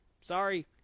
Sorry